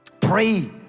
pray